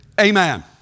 Amen